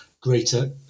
greater